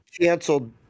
canceled